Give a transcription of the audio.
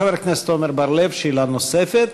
חבר הכנסת עמר בר-לב, שאלה נוספת.